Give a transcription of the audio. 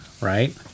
right